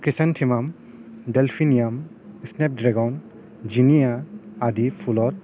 chrysanthemum delphinium snake dragon zinnia আদি ফুলৰ